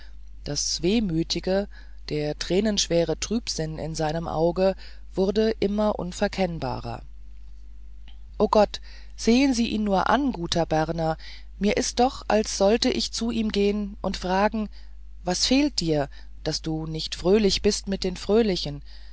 das wehmütige der tränenschwere trübsinn in seinem auge wurde immer unverkennbarer o gott sehen sie ihn nur an guter berner ist mir doch als sollte ich zu ihm gehen und fragen was fehlt dir daß du nicht fröhlich bist mit den fröhlichen